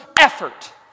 effort